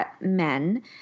men